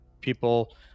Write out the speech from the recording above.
people